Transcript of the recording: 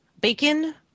bacon